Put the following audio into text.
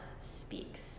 speaks